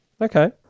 Okay